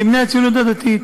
מבני הציונות הדתית.